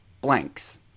blanks